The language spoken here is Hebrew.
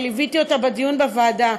שליוויתי אותה בדיון בוועדה.